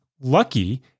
lucky